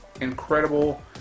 incredible